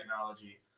technology